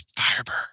Firebird